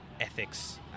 ethics